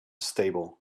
stable